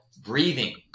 breathing